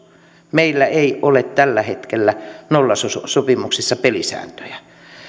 meillä ei ole tällä hetkellä nollasopimuksissa pelisääntöjä